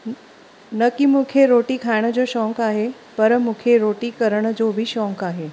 न की मूंखे रोटी खाइण जो शौक़ु आहे पर मूंखे रोटी करण जो बि शौक़ु आहे